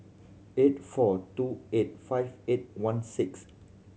eight four two eight five eight one six